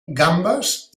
gambes